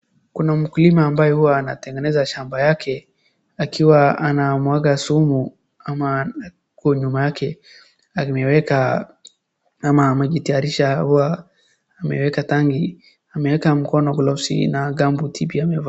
Kuna mkulima ambaye huwa anatengeneza shamba yake akiwa anamwaga sumu ama kwa nyuma yake ameweka kama maji tayari isha, ameweka tangi, ameweka mkono gloves na gumboot pia amevaa.